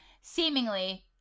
seemingly